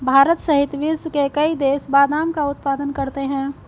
भारत सहित विश्व के कई देश बादाम का उत्पादन करते हैं